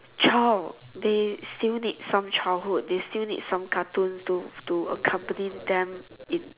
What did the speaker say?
child they still need some childhood they still need some cartoons to to accompany them if